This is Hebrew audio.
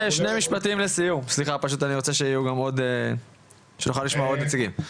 עוד שני משפטים לסיום כדי שנוכל לשמוע עוד נציגים.